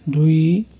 दुई